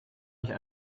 nicht